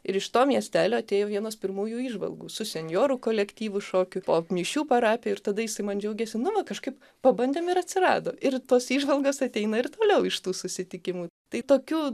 ir iš to miestelio atėjo vienos pirmųjų įžvalgų su senjorų kolektyvu šokių po mišių parapijoj ir tada jisai man džiaugėsi nu va kažkaip pabandėm ir atsirado ir tos įžvalgos ateina ir toliau iš tų susitikimų tai tokių